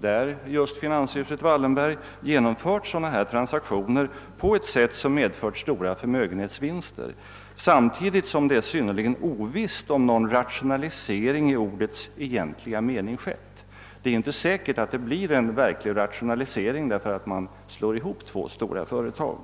då just finanshuset Wallenberg genomfört dylika transaktioner på ett sätt som medfört stora förmögenhetsvinster, samtidigt som det är synnerligen ovisst om någon rationalisering i ordets egentliga mening skett. Det är inte säkert att det blir en verklig rationalisering därför att man slår ihop två stora företag.